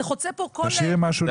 תשאירי משהו לסוף.